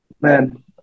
man